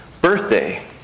birthday